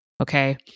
Okay